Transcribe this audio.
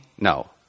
no